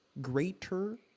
greater